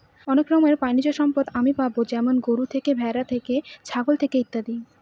অনেক রকমের প্রানীসম্পদ আমি পাবো যেমন গরু থেকে, ভ্যাড়া থেকে, ছাগল থেকে ইত্যাদি